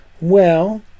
Well